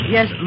Yes